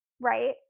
right